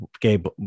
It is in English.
Gabe